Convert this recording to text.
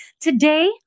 Today